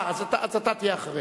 אה, אז אתה תהיה אחריה.